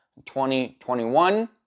2021